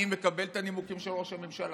אני מקבל את הנימוקים של ראש הממשלה,